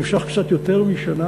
נמשך קצת יותר משנה,